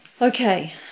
Okay